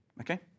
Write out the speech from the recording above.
Okay